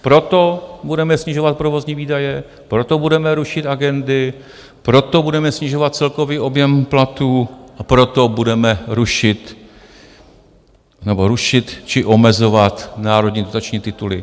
Proto budeme snižovat provozní výdaje, proto budeme rušit agendy, proto budeme snižovat celkový objem platů, proto budeme rušit či omezovat národní dotační tituly.